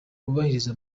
bubahiriza